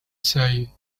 said